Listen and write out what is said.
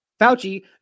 Fauci